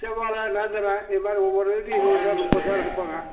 செவ்வாழை நேந்திரம் இது மாதிரி ஒவ்வொரு இதுக்கு இருபது தார் முப்பதுத் தார் எடுப்போங்க